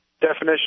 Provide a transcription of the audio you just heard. definition